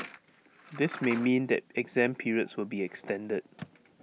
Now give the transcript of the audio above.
this may mean that exam periods will be extended